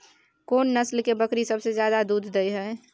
कोन नस्ल के बकरी सबसे ज्यादा दूध दय हय?